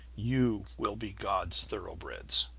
you will be god's thoroughbreds.